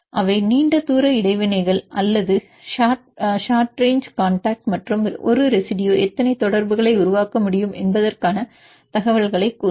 அவை நீண்ட தூர இடைவினைகள் அல்லது ஷார்ட்ரேங்ச் காண்டாக்ட் மற்றும் ஒரு ரெசிடுயு எத்தனை தொடர்புகளை உருவாக்க முடியும் என்பதற்கான தகவல்களை கூறும்